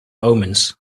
omens